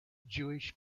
jewish